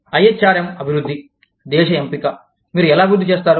I H R M అభివృద్ధి దేశ ఎంపిక మీరు ఎలా అభివృద్ధి చేస్తారు